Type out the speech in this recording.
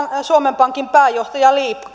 suomen pankin pääjohtaja